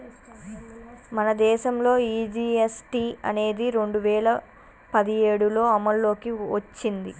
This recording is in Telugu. మన దేసంలో ఈ జీ.ఎస్.టి అనేది రెండు వేల పదిఏడులో అమల్లోకి ఓచ్చింది